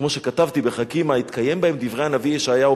כמו שכתבתי ב"חכימא": התקיימו בהם דברי הנביא ישעיהו,